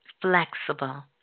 flexible